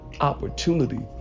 opportunity